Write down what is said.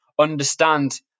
understand